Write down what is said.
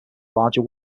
larger